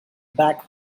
back